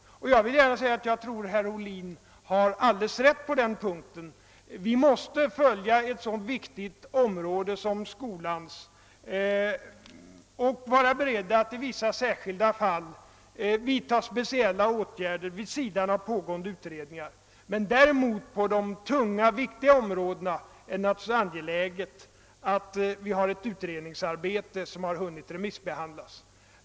Jag tror att herr Ohlin har alldeles rätt på den punkten — vi måste på ett så viktigt område som skolans vara beredda att i vissa särskilda fall vidta speciella åtgärder vid sidan av pågående utredningar. På de stora tunga avsnitten däremot är det angeläget att vi har utredningar som har hunnit remissbehandlas.